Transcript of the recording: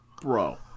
Bro